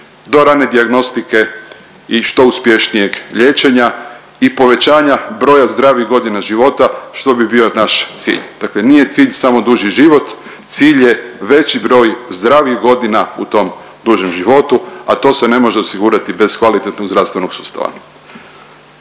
do rane dijagnostike i što uspješnijeg liječenja i povećanja broja zdravih godina života što bi bio naš cilj. Dakle nije cilj samo duži život, cilj je veći broj zdravih godina u tom dužem životu, a to se ne može osigurati bez kvalitetnog zdravstvenog sustava.